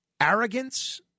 arrogance